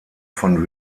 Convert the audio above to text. von